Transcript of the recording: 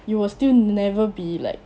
you will still never be like